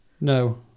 No